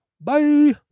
bye